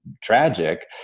tragic